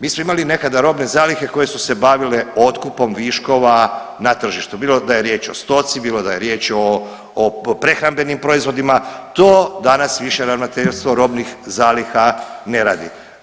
Mi smo imali nekada robne zalihe koje su se bavile otkupom viškova na tržištu bilo da je riječ o stoci, bilo da je riječ o, o prehrambenim proizvodima, to danas više ravnateljstvo robnih zaliha ne radi.